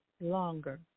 longer